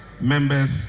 members